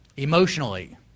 Emotionally